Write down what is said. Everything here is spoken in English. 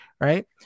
Right